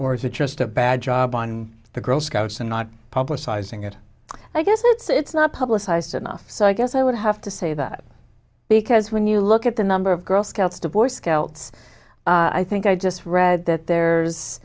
or is it just a bad job on the girl scouts and not publicizing it i guess it's not publicized enough so i guess i would have to say that because when you look at the number of girl scouts to boy scouts i think i just read that there's